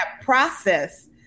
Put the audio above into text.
process